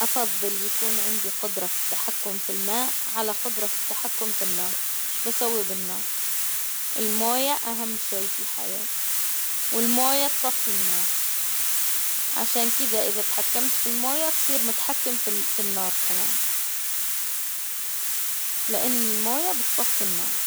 أفضل يكون عندي قدرة في التحكم في الماء على قدرة في التحكم في النار، إيش بسوي بالنار؟ الموية أهم شيء في الحياة، والموية تطفي النار، عشان كذا إذا تحكمت في الموية تصير متحكم في ال- في النار كمان، لإن الموية بتطفي النار.